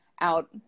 out